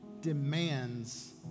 demands